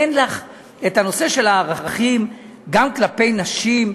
אין לך את הנושא של הערכים גם כלפי נשים,